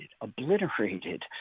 obliterated